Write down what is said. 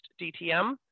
DTM